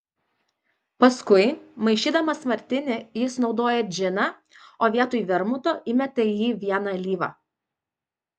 paskui maišydamas martinį jis naudoja džiną o vietoj vermuto įmeta į jį vieną alyvą